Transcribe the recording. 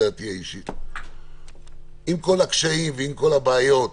עם כל הקשיים, הבעיות,